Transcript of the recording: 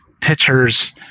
pitchers